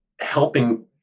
helping